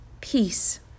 Peace